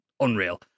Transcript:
unreal